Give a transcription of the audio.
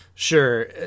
Sure